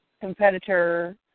competitor